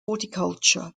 horticulture